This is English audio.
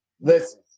Listen